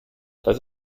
was